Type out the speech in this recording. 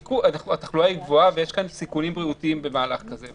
התחלואה היא גבוהה ויש סיכונים בריאותיים במהלך הזה.